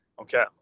Okay